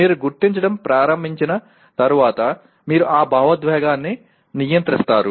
మీరు గుర్తించడం ప్రారంభించిన తర్వాత మీరు ఆ భావోద్వేగాన్ని నియంత్రిస్తారు